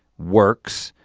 works,